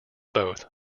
both